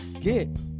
get